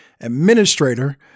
administrator